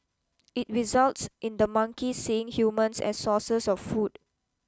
it results in the monkeys seeing humans as sources of food